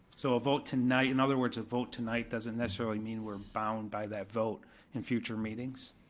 so a vote tonight, in other words, a vote tonight doesn't necessarily mean we're bound by that vote in future meetings?